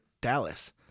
Dallas